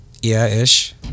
Yeah-ish